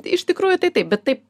iš tikrųjų tai taip bet taip